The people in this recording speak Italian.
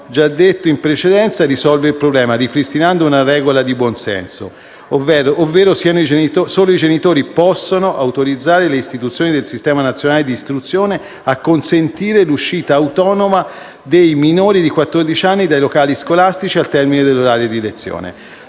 - come ho già detto in precedenza - risolve il problema ripristinando una regola di buonsenso, ovvero solo i genitori possono autorizzare le istituzioni del sistema nazionale di istruzione a consentire l'uscita autonoma dei minori di quattordici anni dai locali scolastici al termine dell'orario di lezione.